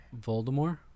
Voldemort